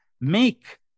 make